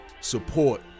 support